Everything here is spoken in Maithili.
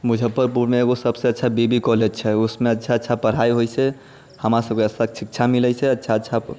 मुजफ्फरपुरमे एगो सबसे अच्छा बी बी कॉलेज छै उसमे अच्छा अच्छा पढ़ाइ होइत छै हमरा सबकेँ अच्छा शिक्षा मिलैत छै अच्छा अच्छा